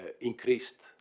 increased